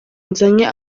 nzanye